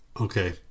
Okay